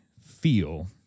feel